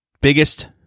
biggest